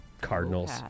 Cardinals